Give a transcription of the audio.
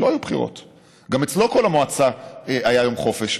גם אצלו בכל המועצה היה יום חופש.